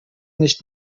nicht